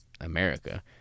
America